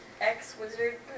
ex-wizard